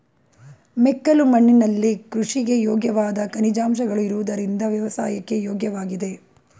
ಮೆಕ್ಕಲು ಮಣ್ಣಿನಲ್ಲಿ ಕೃಷಿಗೆ ಯೋಗ್ಯವಾದ ಖನಿಜಾಂಶಗಳು ಇರುವುದರಿಂದ ವ್ಯವಸಾಯಕ್ಕೆ ಯೋಗ್ಯವಾಗಿದೆ